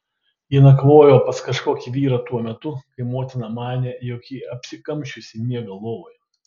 ji nakvojo pas kažkokį vyrą tuo metu kai motina manė jog ji apsikamšiusi miega lovoje